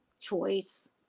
choice